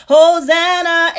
Hosanna